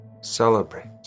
Celebrate